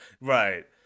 Right